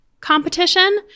competition